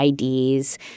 IDs